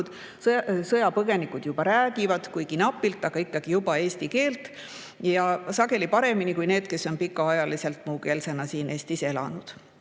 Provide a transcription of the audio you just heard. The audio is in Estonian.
Sõjapõgenikud juba räägivad, kuigi napilt, aga ikkagi räägivad eesti keelt ja sageli paremini kui need, kes on pikaajaliselt muukeelsena Eestis elanud.